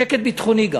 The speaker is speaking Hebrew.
שקט ביטחוני גם,